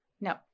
No